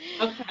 Okay